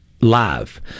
live